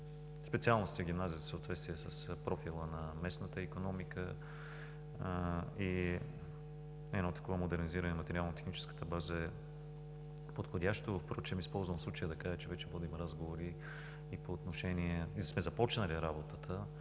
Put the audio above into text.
специалностите в гимназията са в съответствие с профила на местната икономика и едно такова модернизиране на материално-техническата база е подходящо. Използвам случая да кажа, че вече водим разговори и сме започнали работата